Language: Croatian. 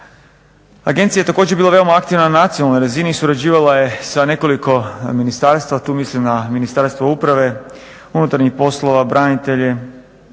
Agencija je također bila veoma aktivna na nacionalnoj razini, surađivala je sa nekoliko ministarstava tu mislim na Ministarstvo uprave, unutarnjih poslova, branitelje,